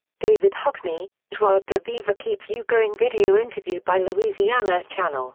david hockney joie de vivre keeps you going video interview by louisiana channel.